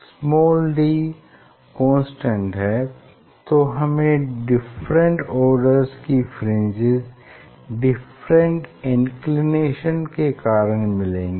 small d constant है तो हमें डिफरेंट ऑर्डर्स की फ्रिंजेस डिफरेंट इंक्लिनेशन के कारण मिलेंगी